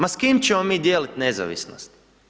Ma s kim ćemo mi dijeliti nezavisnost?